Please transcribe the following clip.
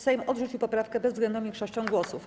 Sejm odrzucił poprawkę bezwzględną większością głosów.